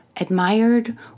admired